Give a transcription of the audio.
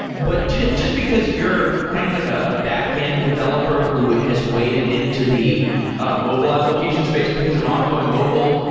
but just because you're kind of like a backend developer who has waded into the ah mobile application space because of envoy mobile,